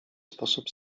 sposób